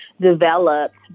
developed